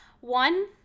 one